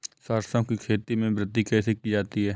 सरसो की खेती में वृद्धि कैसे की जाती है?